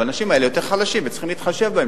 אבל האנשים האלה יותר חלשים וצריכים להתחשב בהם,